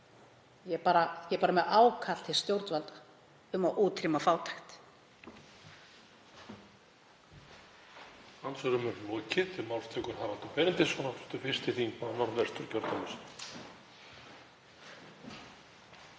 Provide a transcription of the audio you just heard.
Ég er bara með ákall til stjórnvalda um að útrýma fátækt.